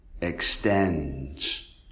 extends